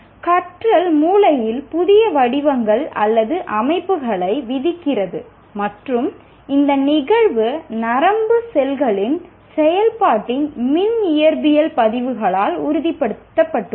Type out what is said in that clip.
கற்றல் மூளையில் புதிய வடிவங்கள் அல்லது அமைப்புகளை விதிக்கிறது மற்றும் இந்த நிகழ்வு நரம்பு செல்களின் செயல்பாட்டின் மின் இயற்பியல் பதிவுகளால் உறுதிப்படுத்தப்பட்டுள்ளது